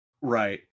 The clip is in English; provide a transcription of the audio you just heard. Right